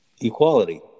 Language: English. equality